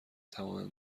تمام